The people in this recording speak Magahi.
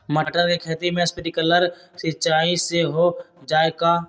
मटर के खेती स्प्रिंकलर सिंचाई से हो जाई का?